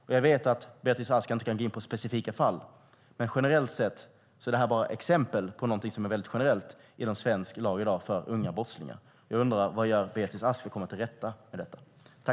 Jag vet att Beatrice Ask inte kan gå in på specifika fall, men generellt sett är det här bara exempel på någonting som är väldigt generellt inom svensk lag i dag för unga brottslingar. Jag undrar: Vad gör Beatrice Ask för att komma till rätta med detta?